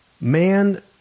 Man